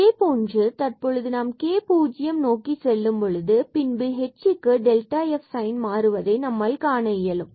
இதேபோன்று தற்பொழுது நாம் k 0 பூஜ்ஜியம் நோக்கி செல்லும் பொழுது மற்றும் பின்பு h க்கு fன் சைன் மாறுவதை நம்மால் காண இயலும்